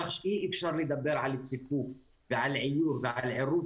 כך שאי אפשר לדבר על ציפוף ועל עיור ועל עירוב